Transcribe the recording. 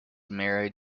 married